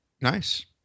Nice